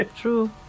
True